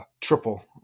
triple